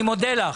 אני מודה לך.